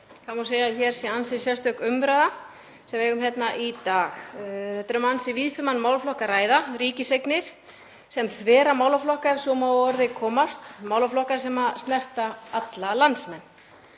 Það má segja að það sé ansi sérstök umræða sem við eigum hér í dag. Það er um ansi víðfeðman málaflokk að ræða, ríkiseignir, sem þverar málaflokka, ef svo má að orði komast, málaflokka sem snerta alla landsmenn.